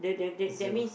zoo